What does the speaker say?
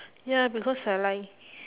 ya because I like